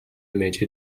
image